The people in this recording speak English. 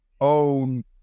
own